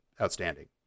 outstanding